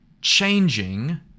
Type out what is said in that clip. changing